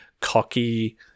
cocky